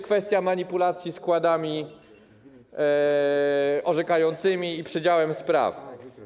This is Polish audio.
Kwestia manipulacji składami orzekającymi i przydziałem spraw.